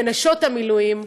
ונשות המילואים,